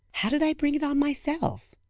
how did i bring it on myself?